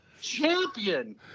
champion